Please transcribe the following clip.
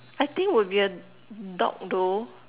I think would be a dog though